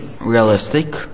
realistic